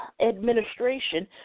administration